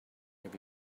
have